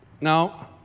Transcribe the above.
Now